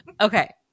Okay